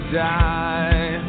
die